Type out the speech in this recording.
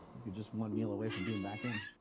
you're just one meal away from being back in.